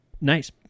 Nice